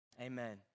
amen